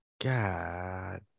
God